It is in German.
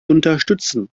unterstützen